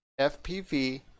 fpv